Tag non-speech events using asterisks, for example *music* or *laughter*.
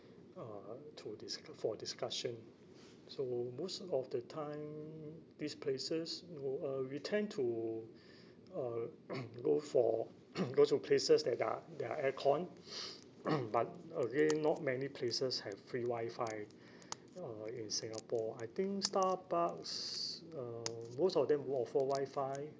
uh to discu~ for discussion so most of the time these places oo uh we tend to uh *noise* go for *noise* go to places that are that are aircon *noise* but again not many places have free wi-fi uh in singapore I think starbucks um most of them will offer wi-fi